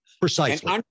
Precisely